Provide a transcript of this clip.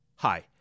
Hi